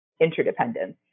interdependence